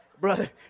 brother